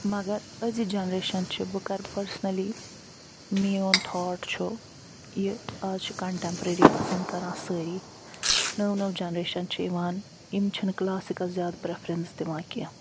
مگر أزِچ جَنریشَن چھِ بہٕ کَرٕ پٔرسنلی میون تھاٹ چھُ یہِ آز چھِ کَنٹیٚمپریٚری پَسَنٛد کران سٲری نٔو نٔو جنریشَن چھِ یِوان یِم چھِ نہٕ کلاسِکَس زیاد پریٚفرَنس دِوان کینٛہہ